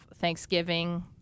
Thanksgiving